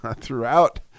throughout